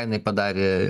jinai padarė